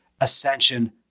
ascension